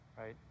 Right